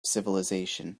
civilization